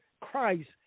Christ